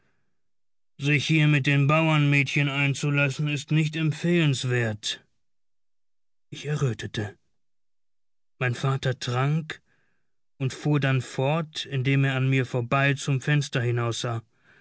sich hier mit den bauernmädchen einzulassen ist nicht empfehlenswert ich errötete mein vater trank und fuhr dann fort indem er an mir vorbei zum fenster hinaussah